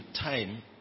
time